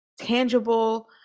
tangible